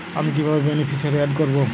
আমি কিভাবে beneficiary add করব?